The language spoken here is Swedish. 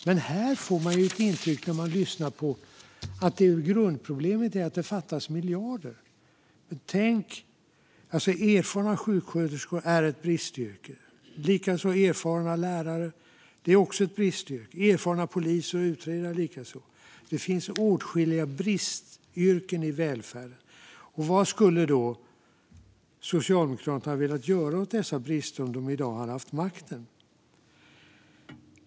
Men när man lyssnar här får man intrycket att grundproblemet är att det fattas miljarder. Det råder brist på erfarna sjuksköterskor, likaså på erfarna lärare och erfarna poliser och utredare. Det finns åtskilliga bristyrken i välfärden. Vad skulle då Socialdemokraterna ha velat göra åt dessa brister om de i dag hade haft makten?